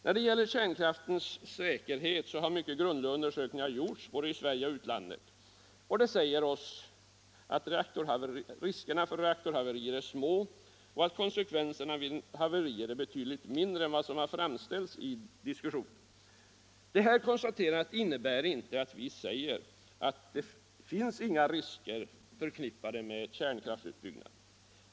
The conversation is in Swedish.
När det gäller kärnkraftens säkerhet har mycket grundliga undersökningar gjorts i både Sverige och utomlands. De pekar på att riskerna för reaktorhaverier är små och att konsekvenserna vid eventuella haverier är mindre än som sagts i diskussionerna. Detta konstaterande innebär inte att utskottet bortser från att det finns risker med kärnkraften.